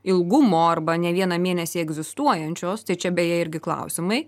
ilgumo arba ne vieną mėnesį egzistuojančios tai čia beje irgi klausimai